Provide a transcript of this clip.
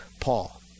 Paul